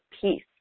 peace